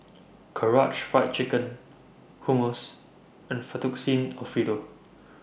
Karaage Fried Chicken Hummus and Fettuccine Alfredo